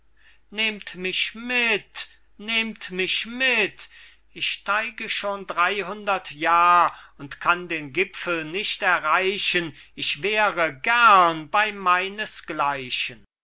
nehmt mich mit nehmt mich mit ich steige schon dreyhundert jahr und kann den gipfel nicht erreichen ich wäre gern bey